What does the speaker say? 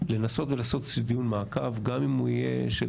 לנסות ולעשות איזשהו דיון מעקב גם אם הוא יהיה של